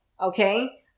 Okay